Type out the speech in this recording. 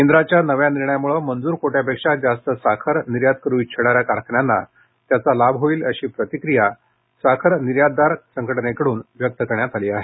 केंद्राच्या नव्या निर्णयामुळं मंजूर कोट्यापेक्षा जास्त साखर निर्यात करू इच्छिणाऱ्या कारखान्यांना त्याचा फायदा होणार असल्याची प्रतिक्रिया साखर निर्यातदार संघटनेकडून व्यक्त करण्यात आली आहे